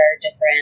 different